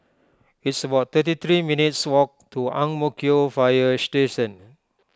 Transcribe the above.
it's about thirty three minutes' walk to Ang Mo Kio Fire Station